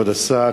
כבוד השר,